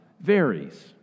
varies